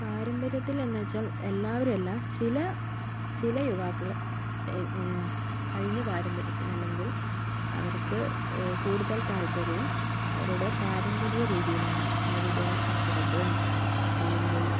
പാരമ്പര്യത്തിൽ എന്നുവെച്ചാൽ എല്ലാവരും അല്ല ചില ചില യുവാക്കള് കഴിഞ്ഞ പാരമ്പര്യത്തില് അല്ലെങ്കിൽ അവർക്ക് കൂടുതൽ താല്പര്യം അവരുടെ പാരമ്പര്യ രീതിയിലാണ് അവരുടെ അച്ചടക്കവും അല്ലെങ്കിൽ